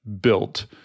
built